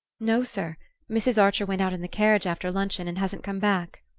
no, sir mrs. archer went out in the carriage after luncheon, and hasn't come back.